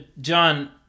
John